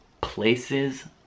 places